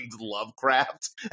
Lovecraft